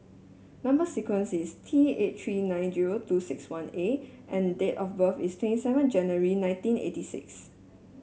number sequence is T eight three nine zero two six one A and date of birth is twenty seven January nineteen eighty six